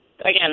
Again